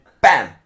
bam